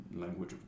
language